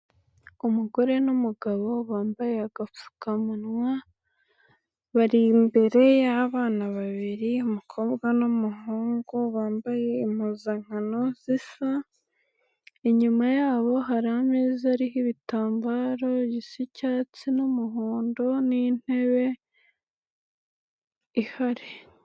Umugore n'umugabo bambaye agapfukamunwa, bari imbere y'abana babiri, umukobwa n'umuhungu bambaye impuzankano zisa, inyuma yabo hari ameza ariho ibitambaro bisa icyatsi n'umuhondo n'intebe ihari.